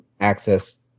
access